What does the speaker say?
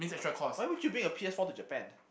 why would you bring your P_S-four to Japan